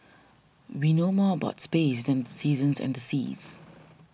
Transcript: we know more about space than the seasons and the seas